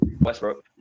Westbrook